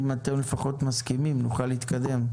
אם אתם לפחות מסכימים, נוכל להתקדם.